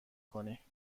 کنی